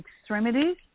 extremities